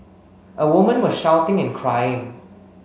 a woman was shouting and crying